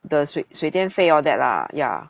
the 水水电费 all that lah ya